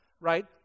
Right